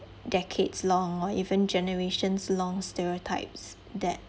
decades long or even generations long stereotypes that